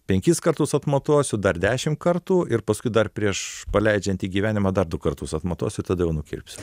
penkis kartus atmatuosiu dar dešim kartų ir paskui dar prieš paleidžiant į gyvenimą dar du kartus atmatuosiu ir tada jau nukirpsiu